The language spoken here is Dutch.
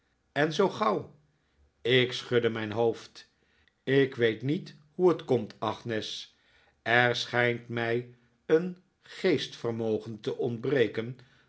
en zoo gauw ik schudde mijn hoofd ik weet niet hoe het komt agnes er schijnt mij een geestvermogen te ontbreken